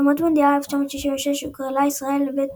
במוקדמות מונדיאל 1966 הוגרלה ישראל לבית